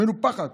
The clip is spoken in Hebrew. מנופחת,